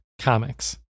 comics